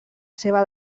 seva